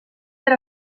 per